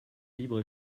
libre